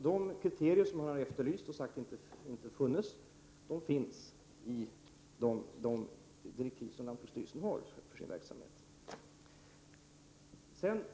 De kriterier som man har efterlyst och påstått inte fanns, föreligger alltså i den förordning som regeringen har beslutat om.